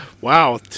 wow